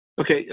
Okay